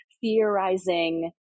theorizing